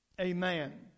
Amen